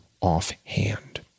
offhand